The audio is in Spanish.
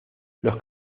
los